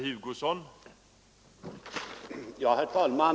Herr talman!